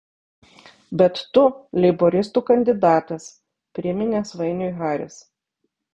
bet tu leiboristų kandidatas priminė svainiui haris